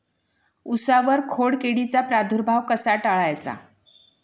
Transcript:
उसावर खोडकिडीचा प्रादुर्भाव कसा टाळायचा?